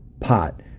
pot